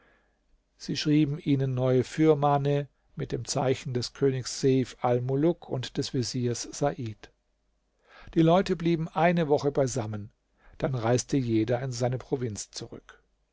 sie schrieben ihnen neue firmane mit dem zeichen des königs seif almuluk und des veziers said die leute blieben eine woche beisammen dann reiste jeder in seine provinz zurück